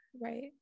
Right